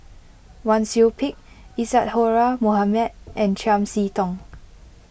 Wang Sui Pick Isadhora Mohamed and Chiam See Tong